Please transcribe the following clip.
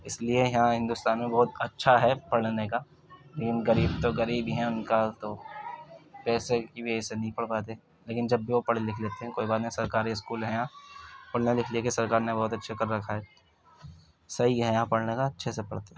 اس لیے یہاں ہندوستان میں بہت اچّھا ہے پڑھنے كا لیكن غریب تو غریب ہی ہیں ان کا تو پیسے کی وجہ سے نہیں پڑھ پاتے لیکن جب بھی وہ پڑھ لکھ لیتے ہیں کوئی بات نہیں سرکاری اسکول ہے یہاں پڑھنے لکھ لیے سركار نے بہت اچّھے وہ كر ركھا ہے صحیح ہے یہاں پڑھنے كا اچّھے سے پڑھتے ہیں